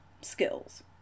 skills